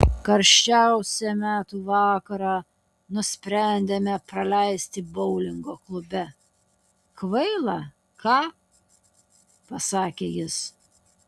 karščiausią metų vakarą nusprendėme praleisti boulingo klube kvaila ką pasakė jis